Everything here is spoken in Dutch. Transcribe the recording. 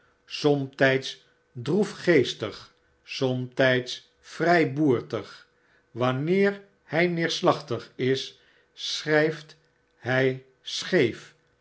somtijds droefgeestig somtijds vrij boertig wanneer hij neerslachtig is schrijft hij scheef